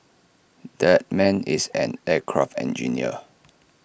that man is an aircraft engineer